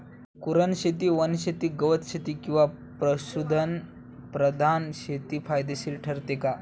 कुरणशेती, वनशेती, गवतशेती किंवा पशुधन प्रधान शेती फायदेशीर ठरते का?